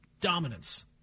dominance